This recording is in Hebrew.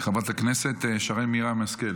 חברת הכנסת שרן מרים השכל.